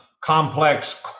complex